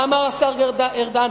מה אמר השר ארדן?